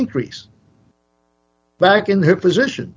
increase back in her position